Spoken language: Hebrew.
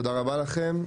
תודה רבה לכם.